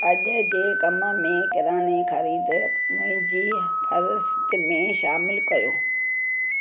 अॼु जे कमु में किराने ख़रीद मुंहिंजी फ़हिरिस्त में शामिलु कयो